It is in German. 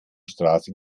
straße